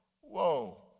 Whoa